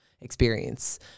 experience